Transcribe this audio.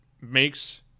makes